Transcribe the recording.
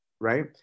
right